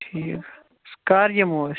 ٹھیٖک سُہ کَر یِموو أسۍ